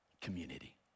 community